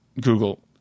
Google